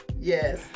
yes